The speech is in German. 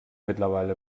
mittlerweile